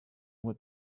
what